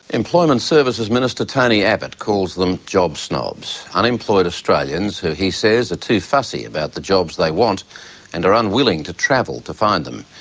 employment services minister tony abbott calls them job snobs, unemployed australians who, he says, are too fussy about the jobs they want and are unwilling to travel to find them.